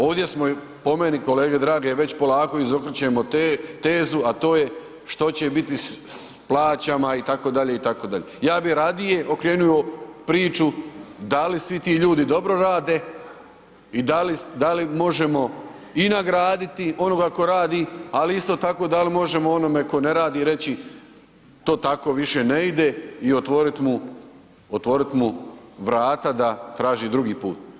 Ovdje smo po meni kolege drage već polako izokrećemo tezu a to je što će biti sa plaćama itd., itd., ja bi radije okrenuo priču da li svi ti ljudi dobro rade i da li možemo i nagraditi onoga tko radi ali isti tako da li možemo onome tko ne radi reći to tako više ne ide i otvorit mu vrata da traži drugi put.